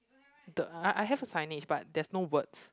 the I I have a signage but there's no words